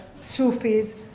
Sufis